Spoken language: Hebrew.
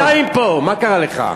תן לי, אני יותר משעתיים פה, מה קרה לך.